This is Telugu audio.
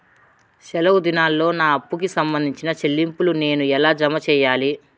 సెలవు దినాల్లో నా అప్పుకి సంబంధించిన చెల్లింపులు నేను ఎలా జామ సెయ్యాలి?